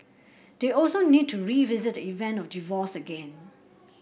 they also need to revisit the event of divorce again